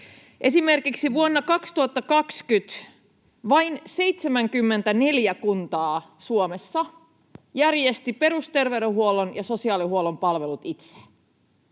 Esimerkiksi vuonna 2020 vain 74 kuntaa Suomessa järjesti perusterveydenhuollon ja sosiaalihuollon palvelut itse